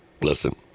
Listen